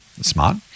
Smart